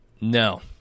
No